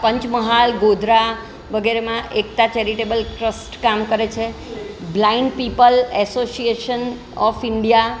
પંચમહાલ ગોધરા વગેરેમાં Ekta charitable trust કામ કરે છે blind people association of India